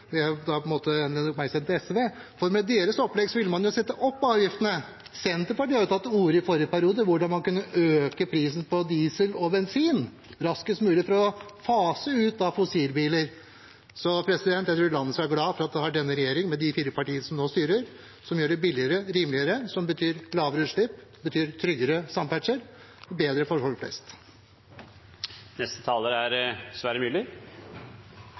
Da vil jeg lede oppmerksomheten mot SV, for med deres opplegg ville man jo satt opp avgiftene. Og Senterpartiet tok i forrige periode til orde for at man kunne øke prisen på diesel og bensin raskest mulig for å fase ut fossilbiler. Så jeg tror landet skal være glad for at det har denne regjeringen, med de fire partiene som nå styrer, som gjør det rimeligere – noe som betyr lavere utslipp og tryggere samferdsel, som er bedre for folk flest. Representanten Sverre Myrli